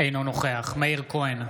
אינו נוכח מאיר כהן,